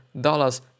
dollars